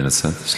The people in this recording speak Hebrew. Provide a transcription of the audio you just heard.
בנצרת.